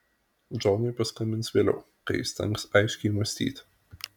džonui paskambins vėliau kai įstengs aiškiai mąstyti